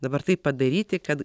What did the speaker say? dabar taip padaryti kad